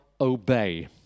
obey